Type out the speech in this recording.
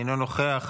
אינו נוכח.